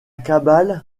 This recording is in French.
cabale